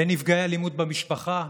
לנפגעי האלימות במשפחה?